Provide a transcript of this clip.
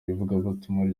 ivugabutumwa